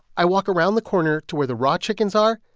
i walk around the corner to where the raw chickens are.